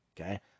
okay